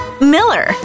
miller